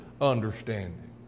understanding